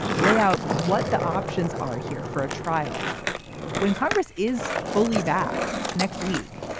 lay out what the options are here for a trial when congress is fully back next week.